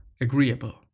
agreeable